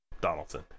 Donaldson